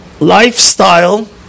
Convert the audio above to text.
lifestyle